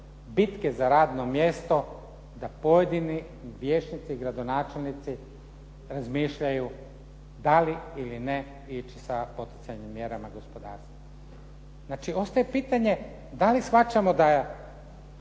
bitke za radno mjesto da pojedeni vijećnici i gradonačelnici razmišljaju da li ili ne ići sa poticajnim mjerama gospodarstvu. Znači ostaje pitanje da li shvaćamo da